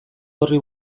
horri